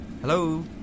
Hello